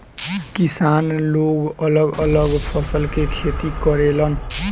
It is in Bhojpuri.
किसान लोग अलग अलग फसल के खेती करेलन